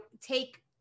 take